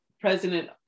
President